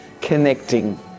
connecting